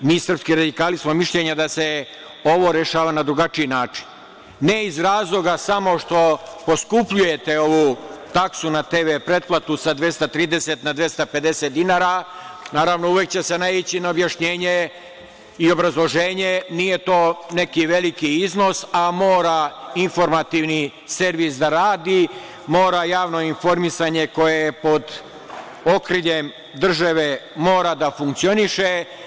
Mi srpski radikali smo mišljenja da se ovo rešava na drugačiji način, ne iz razloga samo što poskupljujete ovu taksu na TV pretplatu sa 230 na 250 dinara, naravno, uvek će se naići na objašnjenje i obrazloženje – nije to neki veliki iznos, a mora informativni servis da radi, mora javno informisanje, koje je pod okriljem države, da funkcioniše.